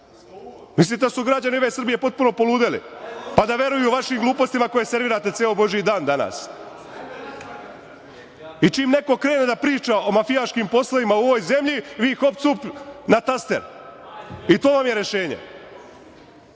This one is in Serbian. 17.10Mislite da su građani ove Srbije potpuno poludeli, pa da veruju vašim glupostima koje servirate ceo božiji dan danas. Čim neko krene da priča o mafijaškim poslovima u ovoj zemlji, vi hop, cup na taster. I to vam je rešenje.